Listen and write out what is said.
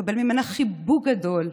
לקבל ממנה חיבוק גדול,